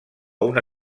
una